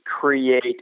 create